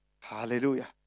Hallelujah